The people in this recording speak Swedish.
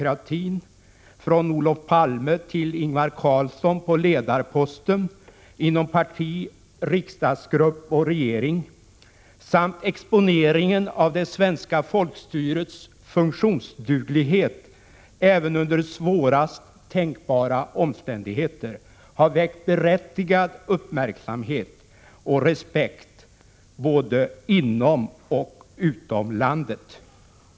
1986/87:127 kratin, från Olof Palme till Ingvar Carlsson på ledarposten inom parti, 20 maj 1987 riksdagsgrupp och regering samt exponeringen av det svenska folkstyrets ä 4 : kni - funktionsduglighet även under svårast tänkbara omständigheter, har väckt CN SR SSR Mig i § rådens tjänsteutövning berättigad uppmärksamhet och respekt både inom och utom landet.